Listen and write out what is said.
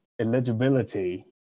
eligibility